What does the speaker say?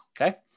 okay